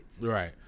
right